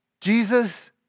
Jesus